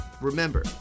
remember